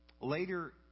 Later